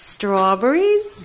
Strawberries